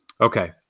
Okay